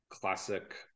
classic